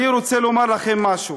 אני רוצה לומר לכם משהו: